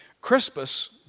Crispus